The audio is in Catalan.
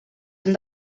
hem